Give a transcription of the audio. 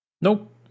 Nope